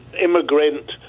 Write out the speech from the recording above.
immigrant